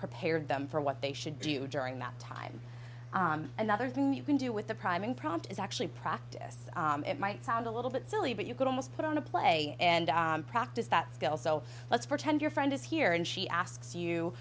prepared them for what they should do during that time another thing you can do with the priming prompt is actually practice it might sound a little bit silly but you could almost put on a play and practice that skill so let's pretend your friend is here and she asks you